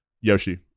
Yoshi